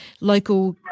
local